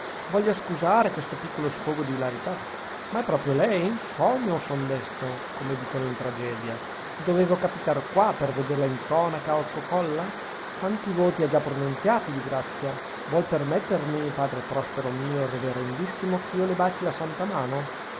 voglia scusare questo piccolo sfogo d'ilarità ma è proprio lei sogno o son desto come dicono in tragedia dovevo capitar qua per vederla in tonaca e cocolla quanti voti ha già pronunziati di grazia vuol permettermi padre prospero mio reverendissimo che io le baci la santa mano